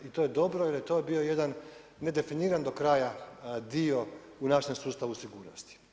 I to je dobro, jer je to bio jedan nedefiniran do kraja dio u našem sustavu sigurnosti.